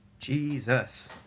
Jesus